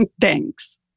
Thanks